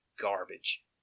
garbage